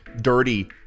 dirty